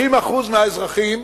30% מהאזרחים,